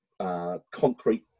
concrete